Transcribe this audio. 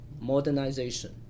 modernization